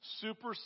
super